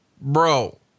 bro